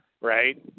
right